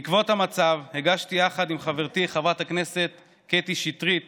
בעקבות המצב הגשתי יחד עם חברתי חברת הכנסת קטי שטרית